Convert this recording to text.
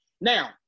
Now